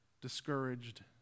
discouraged